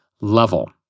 level